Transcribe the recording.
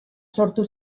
sortu